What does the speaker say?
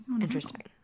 Interesting